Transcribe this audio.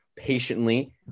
patiently